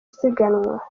siganwa